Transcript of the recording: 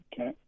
Okay